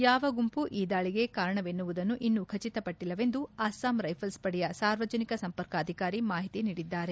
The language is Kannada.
ಯಾವ ಗುಂಪು ಈ ದಾಳಿಗೆ ಕಾರಣವನ್ನುವುದು ಇನ್ನೂ ಖಚಿತಪಟ್ಟಿಲವೆಂದು ಅಸ್ಸಾಂ ರೈಸಲ್ಸ್ ಪಡೆಯ ಸಾರ್ವಜನಿಕ ಸಂಪರ್ಕಾಧಿಕಾರಿ ಮಾಹಿತಿ ನೀಡಿದ್ದಾರೆ